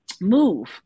move